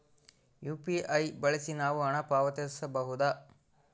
UPI ಬಳಸಿ ನಾವು ಹಣ ಪಾವತಿಸಬಹುದಾ?